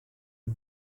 you